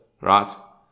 right